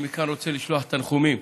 מכאן אני רוצה לשלוח תנחומים